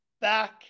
back